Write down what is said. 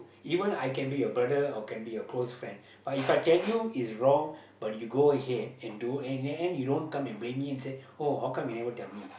even I can be your brother or can be your close friend but If I tell you is wrong but you go ahead and and do and in the end you don't come and blame me and say oh how come you never tell me